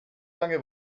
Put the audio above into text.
lange